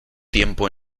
tiempo